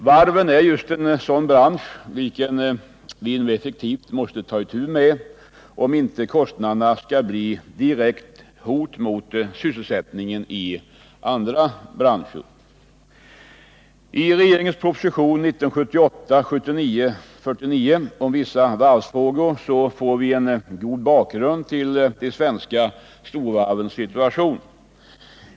Varven är just en sådan bransch vilken vi nu effektivt måste ta itu med om inte kostnaderna där skall bli ett direkt hot mot sysselsättningen i andra branscher. I regeringens proposition 1978/79:49 om vissa varvsfrågor får vi en god bakgrund till de svenska storvarvens situation.